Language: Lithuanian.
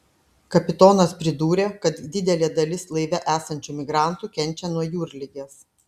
kapitonas pridūrė kad didelė dalis laive esančių migrantų kenčia nuo jūrligės